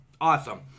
Awesome